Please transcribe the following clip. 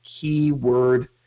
keyword